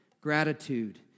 gratitude